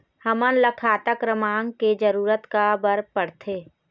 हमन ला खाता क्रमांक के जरूरत का बर पड़थे?